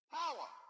power